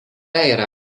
yra